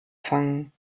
fangen